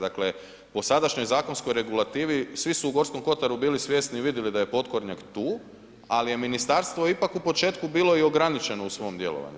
Dakle po sadašnjoj zakonskoj regulativi svi su u Gorskom kotaru bili svjesni i vidjeli da je potkornjak tu ali je ministarstvo ipak u početku bilo i ograničeno u svom djelovanju.